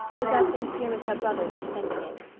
was as sincere as her brother's in sending it.